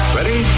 Ready